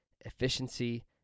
efficiency